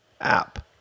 app